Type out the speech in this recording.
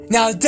Now